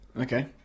Okay